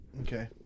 okay